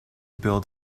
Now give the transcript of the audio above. build